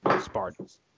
Spartans